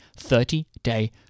30-day